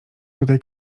tutaj